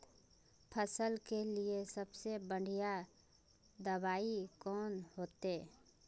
फसल के लिए सबसे बढ़िया दबाइ कौन होते?